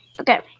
Okay